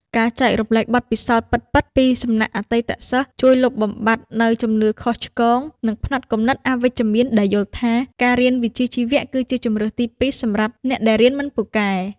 ការចែករំលែកបទពិសោធន៍ពិតៗពីសំណាក់អតីតសិស្ស ជួយលុបបំបាត់នូវជំនឿខុសឆ្គង និងផ្នត់គំនិតអវិជ្ជមានដែលយល់ថា ការរៀនវិជ្ជាជីវៈគឺជាជម្រើសទីពីរសម្រាប់អ្នកដែលរៀនមិនពូកែ។